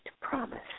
promise